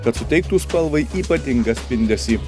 kad suteiktų spalvai ypatingą spindesį